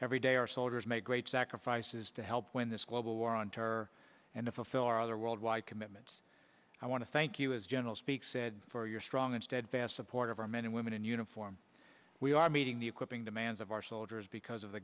every day our soldiers make great sacrifices to help win this global war on terror and a fulfill our worldwide commitments i want to thank you as general speak said for your strong and steadfast support of our men and women in uniform we are meeting the equipping demands of our soldiers because of the